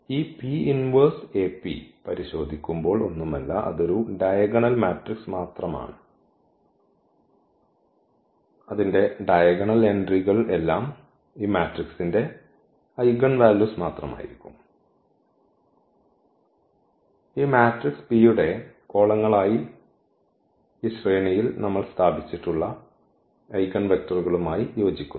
ഈ പരിശോധിക്കുമ്പോൾ ഒന്നും അല്ല അതൊരു ഡയഗണൽ മാട്രിക്സ് മാത്രമാണ് അതിൻറെ ഡയഗണൽ എൻട്രികൾ എല്ലാം ഈ മാട്രിക്സിന്റെ ഐഗൻവാല്യൂസ് മാത്രമായിരിക്കും ഈ മാട്രിക്സ് P യുടെ കോളങ്ങളായി ഈ ശ്രേണിയിൽ നമ്മൾ സ്ഥാപിച്ചിട്ടുള്ള ഈ ഐഗൻവെക്റ്ററുകളുമായി യോജിക്കുന്നു